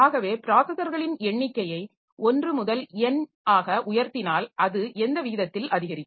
ஆகவே ப்ராஸஸர்களின் எண்ணிக்கையை 1 முதல் n ஆக உயர்த்தினால் அது எந்த விகிதத்தில் அதிகரிக்கும்